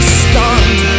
stunned